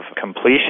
completion